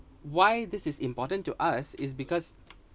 why this is important to us is because